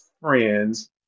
friends